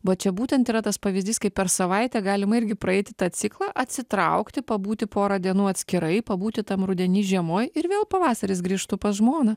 va čia būtent yra tas pavyzdys kai per savaitę galima irgi praeiti tą ciklą atsitraukti pabūti porą dienų atskirai pabūti tam rudeny žiemo ir vėl pavasaris grįžtų pas žmoną